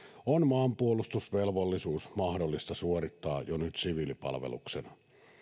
on maanpuolustusvelvollisuus mahdollista suorittaa jo nyt siviilipalveluksena